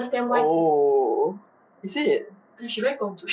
oh is it